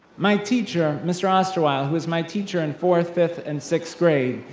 my teacher, mr. osterwile, who was my teacher in fourth, fifth, and sixth grade,